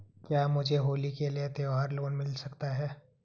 क्या मुझे होली के लिए त्यौहार लोंन मिल सकता है?